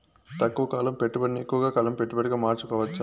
తక్కువ కాలం పెట్టుబడిని ఎక్కువగా కాలం పెట్టుబడిగా మార్చుకోవచ్చా?